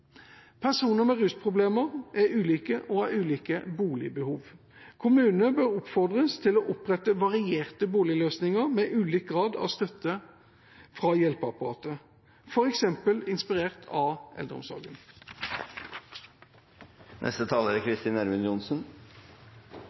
Personer med rusproblemer er ulike og har ulike boligbehov. Kommunene bør oppfordres til å opprette varierte boligløsninger med ulik grad av støtte fra hjelpeapparatet, inspirert av f.eks. eldreomsorgen. Alkohol- og narkotikamisbruk er